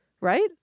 right